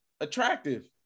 attractive